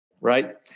Right